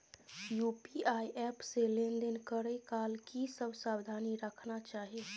UPI app से लेन देन करै काल की सब सावधानी राखना चाही?